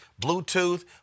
Bluetooth